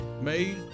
made